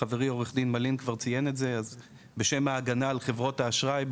בשם ההגנה על חברות האשראי,